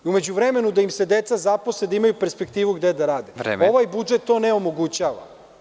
U međuvremenu da im se deca zaposle, da imaju perspektivu gde da rade. (Predsednik: Vreme.) Ovaj budžet to ne omogućava.